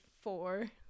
four